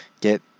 get